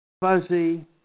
fuzzy